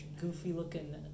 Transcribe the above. goofy-looking